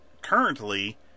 currently